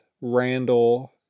Randall